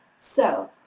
so,